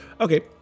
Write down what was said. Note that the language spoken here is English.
Okay